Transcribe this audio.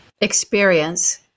experience